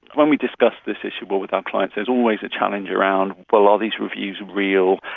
when we discuss this issue but with our clients there's always a challenge around, well, are these reviews real,